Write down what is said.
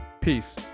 peace